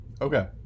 Okay